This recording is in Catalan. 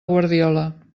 guardiola